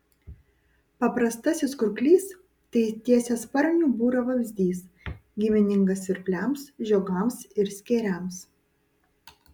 paprastasis kurklys tai tiesiasparnių būrio vabzdys giminingas svirpliams žiogams ir skėriams